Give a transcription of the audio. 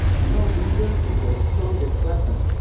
and your reason is your strongest weapon.